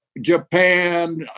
Japan